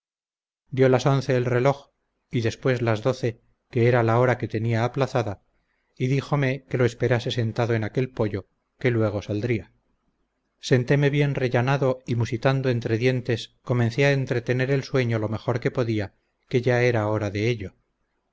dió las once el reloj y después las doce que era la hora que tenía aplazada y díjome que lo esperase sentado en aquel poyo que luego saldría senteme bien rellanado y musitando entre dientes comencé a entretener el sueño lo mejor que podía que ya era hora de ello